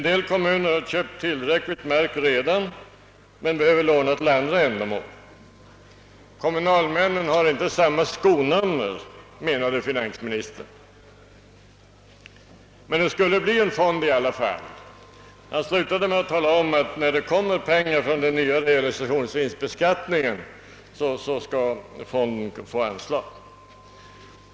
En del kommuner har köpt tillräckligt med mark redan men behöver låna till andra ändamål. Kommunalmännen har inte samma skonummer, menade finansministern. Men det skulle bli en fond i alla fall. Finansministern slutade med att tala om att när det kommer pengar från den nya realisationsvinstbeskattningen, då «skall fonden få anslag.